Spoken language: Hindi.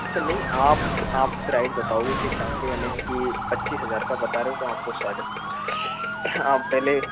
अच्छा नहीं आप प्राइस बताओ उसी हिसाब के यानि है की पच्चीस हजार का बता रहे हो तो आपको साढ़े आप पहले